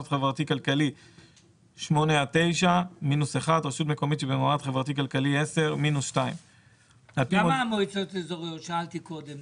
חברתי כלכלי 9-8 1- רשות מקומית שבמעמד חברתי כלכלי 10 2- שאלתי קודם,